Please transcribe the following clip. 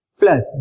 plus